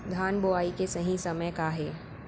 धान बोआई के सही समय का हे?